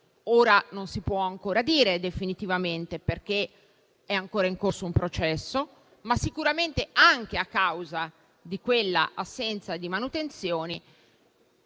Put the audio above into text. ora non si può ancora dire definitivamente, perché è ancora in corso un processo, ma sicuramente anche a causa di quella assenza di manutenzione